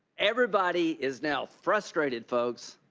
everybody is now frustrated, folks.